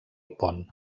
pont